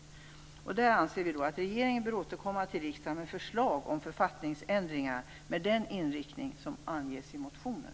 Miljöpartiet anser att regeringen bör återkomma till riksdagen med förslag om författningsändringar med den inriktning som anges i motionen.